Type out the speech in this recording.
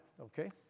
okay